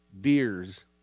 beers